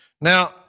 Now